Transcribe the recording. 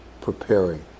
preparing